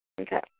Okay